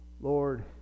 Lord